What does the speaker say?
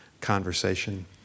conversation